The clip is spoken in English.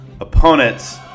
opponents